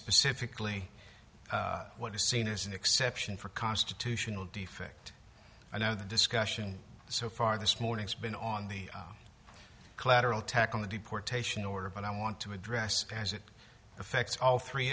specifically what is seen as an exception for constitutional defect i know the discussion so far this morning has been on the collateral tack on the deportation order but i want to address as it affects all three